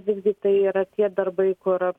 visgi tai yra tie darbai kur